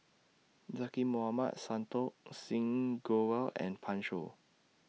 Zaqy Mohamad Santokh Singh Grewal and Pan Shou